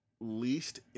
least